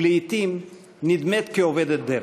ולעתים היא נדמית כאובדת דרך.